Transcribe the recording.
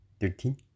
thirteen